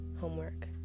homework